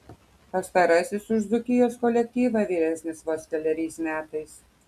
pastarasis už dzūkijos kolektyvą vyresnis vos keleriais metais